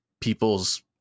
people's